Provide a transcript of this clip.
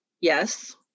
Yes